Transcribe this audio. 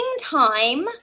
time